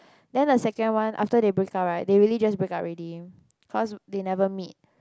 then the second one after they break up right they really just break up already cause they never meet